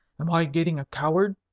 am i getting a coward?